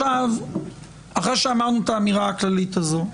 אחרי שאמרנו את האמירה הכללית הזו.